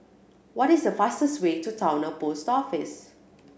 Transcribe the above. what is the fastest way to Towner Post Office